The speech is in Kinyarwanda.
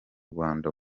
rwanda